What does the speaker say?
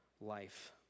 life